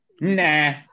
Nah